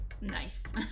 Nice